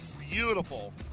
beautiful